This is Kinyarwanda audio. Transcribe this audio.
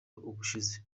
ubushize